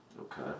Okay